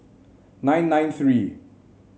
nine nine three